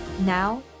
Now